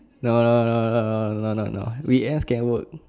no no no no no no no weekends can work